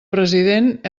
president